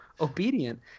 obedient